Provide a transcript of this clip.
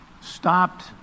stopped